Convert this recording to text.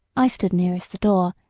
i stood nearest the door,